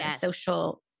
social